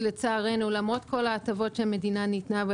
שלצערנו למרות כל ההטבות המפליגות שהמדינה נתנה,